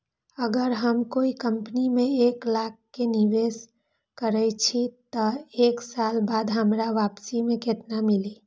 अगर हम कोई कंपनी में एक लाख के निवेस करईछी त एक साल बाद हमरा वापसी में केतना मिली?